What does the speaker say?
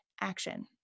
action